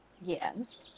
Yes